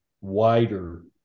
wider